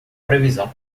previsão